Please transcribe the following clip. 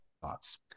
thoughts